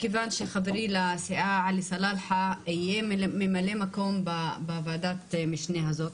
מכיוון שחברי לסיעה חבר כנסת סלאחה יהיה ממלא מקום בוועדת המשנה הזאת.